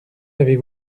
avez